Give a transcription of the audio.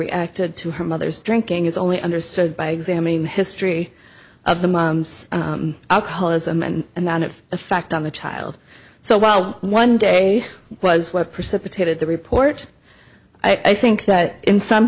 reacted to her mother's drinking is only understood by examining the history of the mom's alcoholism and amount of effect on the child so well one day was what precipitated the report i think that in some